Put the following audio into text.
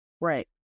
Right